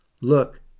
look